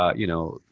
you know,